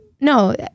no